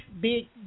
big